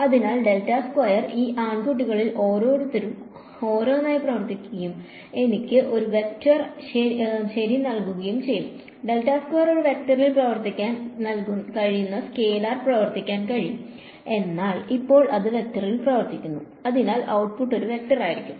അതിനാൽ ഈ ആൺകുട്ടികളിൽ ഓരോരുത്തരിലും ഓരോന്നായി പ്രവർത്തിക്കുകയും എനിക്ക് ഒരു വെക്റ്റർ ശരി നൽകുകയും ചെയ്യും ഒരു വെക്റ്ററിൽ പ്രവർത്തിക്കാൻ കഴിയുന്ന സ്കെലാറിൽ പ്രവർത്തിക്കാൻ കഴിയും എന്നാൽ ഇപ്പോൾ അത് വെക്റ്ററിൽ പ്രവർത്തിക്കുന്നു അതിനാൽ ഔട്ട്പുട്ട് ഒരു വെക്റ്റർ ആയിരിക്കും